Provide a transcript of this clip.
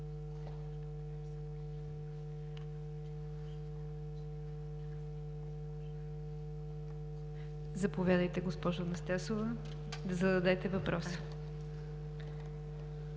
Заповядайте, госпожо Анастасова, за да зададете въпроса.